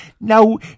Now